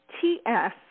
T-S